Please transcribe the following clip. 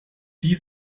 die